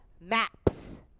maps